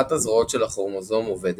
אחת הזרועות של הכרומוזום אובדת,